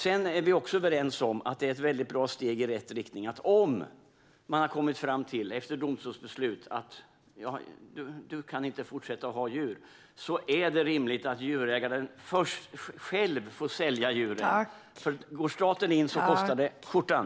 Sedan är vi också överens om att det är ett steg i rätt riktning att det finns en möjlighet för djurägaren själv att få sälja djuren om man efter domstolsbeslut har kommit fram till att djurägaren inte kan fortsätta att ha djur. Går staten in kostar det skjortan.